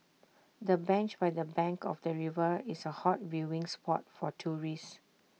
the bench by the bank of the river is A hot viewing spot for tourists